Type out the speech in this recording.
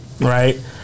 right